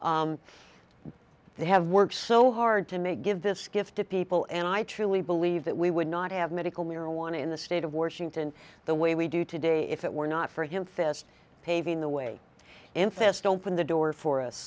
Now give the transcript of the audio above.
they have worked so hard to make give this gift to people and i truly believe that we would not have medical marijuana in the state of washington the way we do today if it were not for him fest paving the way infest open the door for us